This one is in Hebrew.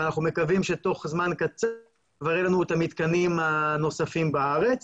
אנחנו מקווים שתוך זמן קצר כבר יהיו לנו את המתקנים הנוספים בארץ